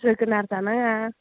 जोगोनार जानाङा